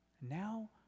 Now